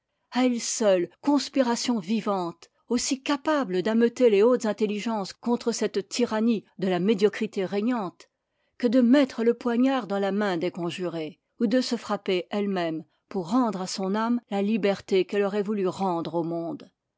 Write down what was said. à elle seule conspiration vivante aussi capable d'ameuter les hautes intelligences contre cette tyrannie de la médiocrité régnante que de mettre le poignard dans la main des conjurés ou de se frapper elle-même pour rendre à son ame la liberté qu'elle aurait voulu rendre au monde